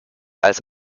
als